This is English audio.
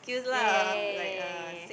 yeah yeah yeah yeah yeah yeah yeah yeah yeah